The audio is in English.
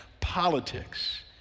politics